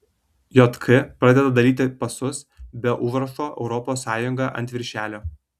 jk pradeda dalyti pasus be užrašo europos sąjunga ant viršelio